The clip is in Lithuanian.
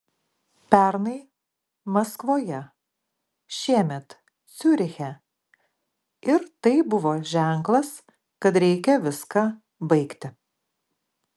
pernai maskvoje šiemet ciuriche ir tai buvo ženklas kad reikia viską baigti